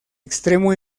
extremo